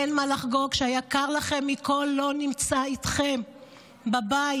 אין מה לחגוג כשהיקר לכם מכול לא נמצא איתכם בבית.